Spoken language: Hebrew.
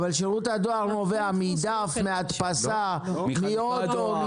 אבל שירות הדואר נובע מדף, מהדפסה, מ --- משליח.